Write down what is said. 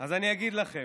אז אני אגיד לכם.